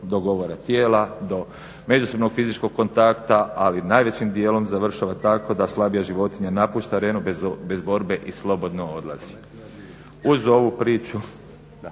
do govora tijela, do međusobnog fizičkog kontakta, ali najvećim dijelom završava tako da slabija životinja napušta arenu bez borbe i slobodno odlazi. Uz ovu priču, da